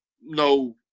no